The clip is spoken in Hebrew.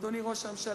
אדוני ראש הממשלה,